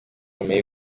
bumenyi